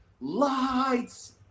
lights